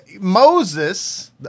Moses